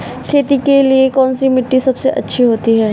खेती के लिए कौन सी मिट्टी सबसे अच्छी है?